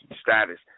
status